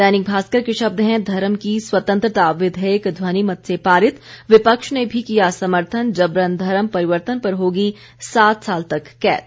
दैनिक भास्कर के शब्द हैं धर्म की स्वतंत्रता विधेयक ध्वनिमत से पारित विपक्ष ने भी किया समर्थन जबरन धर्म परिवर्तन पर होगी सात साल तक कैद